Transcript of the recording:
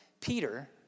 Peter